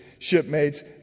Shipmates